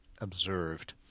observed